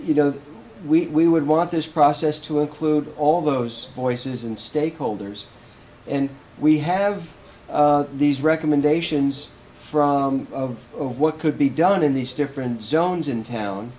you know we would want this process to include all those voices and stakeholders and we have these recommendations of what could be done in these different zones in town